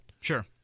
sure